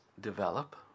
develop